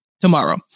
tomorrow